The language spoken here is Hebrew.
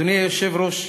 אדוני היושב-ראש,